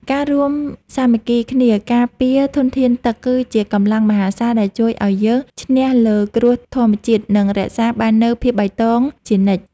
ការរួមសាមគ្គីគ្នាការពារធនធានទឹកគឺជាកម្លាំងមហាសាលដែលជួយឱ្យយើងឈ្នះលើគ្រោះធម្មជាតិ និងរក្សាបាននូវភាពបៃតងជានិច្ច។